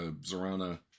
Zorana